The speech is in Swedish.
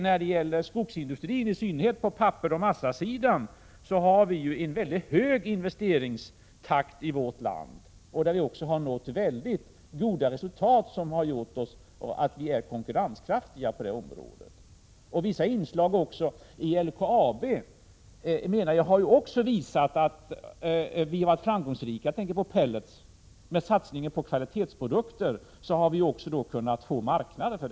När det gäller skogsindustrin, i synnerhet på pappersoch massasidan, har vi en mycket hög investeringstakt i vårt land. Vi har också nått väldigt goda resultat, som har gjort oss konkurrenskraftiga på det området. Vissa inslag i LKAB har också visat att vi har varit framgångsrika — jag tänker på pellets —i satsningen på kvalitetsprodukter, eftersom vi har kunnat få marknader.